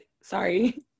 sorry